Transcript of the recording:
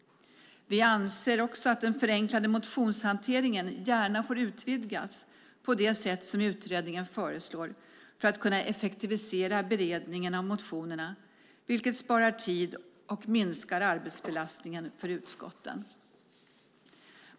Vi anser också att den förenklade motionshanteringen gärna får utvidgas på det sätt som utredningen föreslår för att kunna effektivisera beredningen av motionerna, vilket sparar tid och minskar arbetsbelastningen för utskotten.